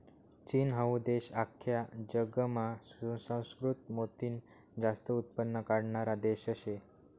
चीन हाऊ देश आख्खा जगमा सुसंस्कृत मोतीनं जास्त उत्पन्न काढणारा देश शे